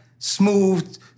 Smooth